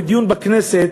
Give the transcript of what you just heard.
בדיון בכנסת,